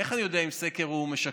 איך אני יודע אם סקר הוא משקר,